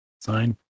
Sign